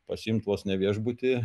pasiimt vos ne viešbutį